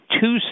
two